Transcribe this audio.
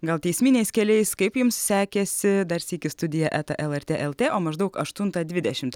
gal teisminiais keliais kaip jums sekėsi dar sykį studija eta lrt lt o maždaug aštuntą dvidešimt